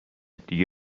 دیگه